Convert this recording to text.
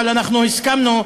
אבל אנחנו הסכמנו,